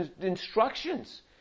instructions